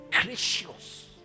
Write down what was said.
gracious